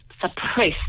suppressed